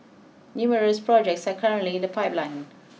numerous projects are currently in the pipeline